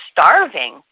starving